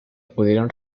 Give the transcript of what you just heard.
pudieron